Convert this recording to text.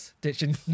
ditching